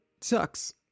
sucks